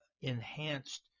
enhanced